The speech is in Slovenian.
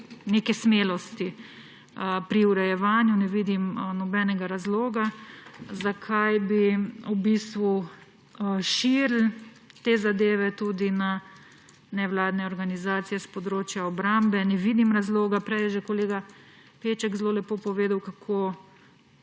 neke smelosti, pri urejevanju ne vidim nobene razloga, zakaj bi v bistvu širili te zadeve tudi na nevladne organizacije s področja obrambe, ne vidim razloga, prej je že kolega Peček zelo lepo povedal, kako